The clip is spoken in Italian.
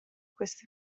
queste